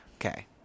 Okay